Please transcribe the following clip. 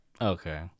Okay